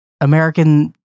American